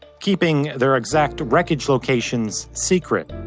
keeping their exact wreckage locations secret,